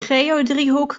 geodriehoek